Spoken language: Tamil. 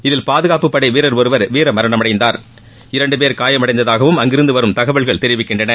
இதில் பாதுகாப்பு படை வீரர் ஒருவர் உயிரிழந்ததாகவும் இரண்டு பேர் காயமடைந்ததாகவும் அங்கிருந்து வரும் தகவல்கள் தெரிவிக்கின்றன